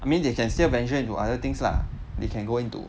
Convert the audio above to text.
I mean they can still venture into other things lah they can go into